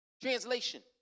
Translation